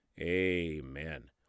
amen